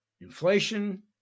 inflation